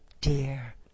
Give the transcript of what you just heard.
dear